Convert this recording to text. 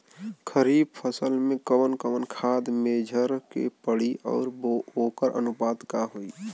खरीफ फसल में कवन कवन खाद्य मेझर के पड़ी अउर वोकर अनुपात का होई?